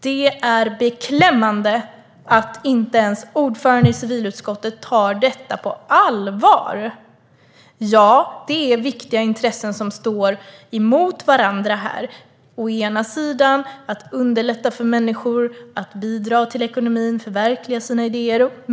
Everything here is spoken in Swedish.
Det är beklämmande att inte ens ordföranden i civilutskottet tar detta på allvar. Ja, det är viktiga intressen som står mot varandra här. En del handlar om att underlätta för människor att bidra till ekonomin och förverkliga sina idéer.